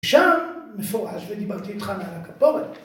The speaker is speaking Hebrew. שם מפורש: "ודיברתי איתך מעל הכפורת".